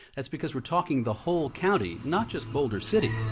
that's because we're talking the whole county, not just boulder city